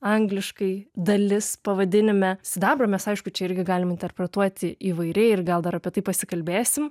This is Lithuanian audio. angliškai dalis pavadinime sidabro mes aišku čia irgi galim interpretuoti įvairiai ir gal dar apie tai pasikalbėsim